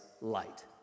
light